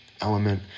element